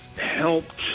helped